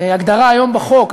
ההגדרה היום בחוק,